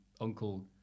Uncle